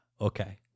Okay